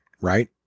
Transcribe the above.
right